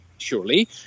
Surely